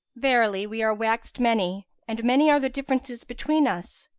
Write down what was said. verily, we are waxed many, and many are the differences between us,